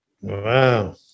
Wow